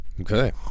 Okay